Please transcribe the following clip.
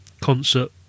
concert